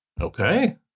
Okay